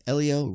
Elio